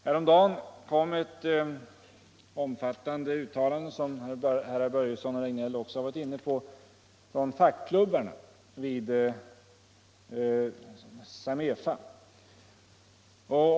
Häromdagen kom ett omfattande uttalande, som herrar Börjesson i Glömminge och Regnéll också har varit inne på, från fackklubbarna vid Samefa.